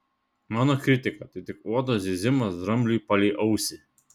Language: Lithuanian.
mano kritika tai tik uodo zyzimas drambliui palei ausį